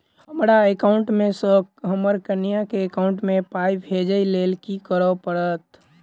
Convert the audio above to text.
हमरा एकाउंट मे सऽ हम्मर कनिया केँ एकाउंट मै पाई भेजइ लेल की करऽ पड़त?